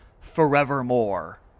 forevermore